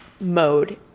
mode